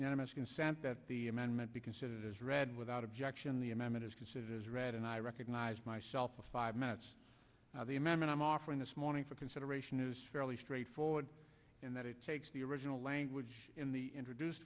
consent that the amendment be considered as read without objection the amendment is considered as read and i recognize myself of five minutes now the amendment i'm offering this morning for consideration is fairly straightforward in that it takes the original language in the introduced